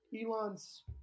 Elon's